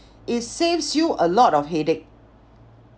it saves you a lot of headache